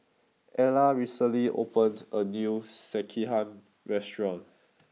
Ella recently opened a new Sekihan restaurant